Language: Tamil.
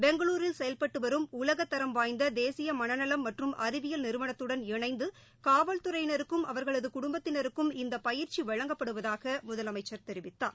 பெங்களூரில் செயல்பட்டு வரும் உலகத்தரம் வாய்ந்த தேசிய மனநலம் மற்றும் அறிவியல் நிறுவனத்துடன் இணைந்து காவல்துறையினருக்கும் அவர்களது குடும்பத்தினருக்கும் இந்த பயிற்சி வழங்கப்படுவதாக முதலமைச்சர் தெரிவித்தார்